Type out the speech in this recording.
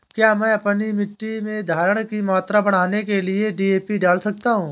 क्या मैं अपनी मिट्टी में धारण की मात्रा बढ़ाने के लिए डी.ए.पी डाल सकता हूँ?